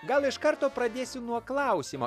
gal iš karto pradėsiu nuo klausimo